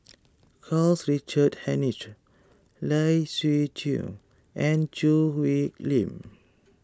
Karl Richard Hanitsch Lai Siu Chiu and Choo Hwee Lim